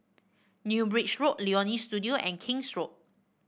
New Bridge Road Leonie Studio and King's Road